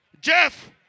Jeff